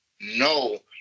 No